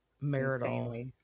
marital